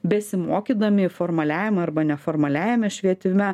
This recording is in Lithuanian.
besimokydami formaliajam arba neformaliajame švietime